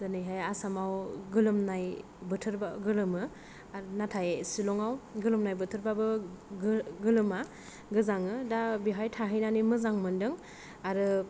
जेरैहाय आसामाव गोलोमनाय बोथोरबा गोलोमो आरो नाथाय सिलंआव गोलोमनाय बोथोरबाबो गो गोलोमा गोजाङो दा बेवहाय थाहैनानै मोजां मोनदों आरो